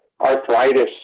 arthritis